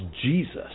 Jesus